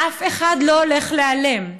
אף אחד לא הולך להיעלם,